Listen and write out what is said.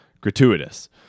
gratuitous